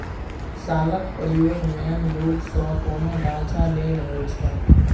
शालक प्रयोग मेन रुप सँ कोनो ढांचा लेल होइ छै